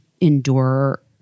endure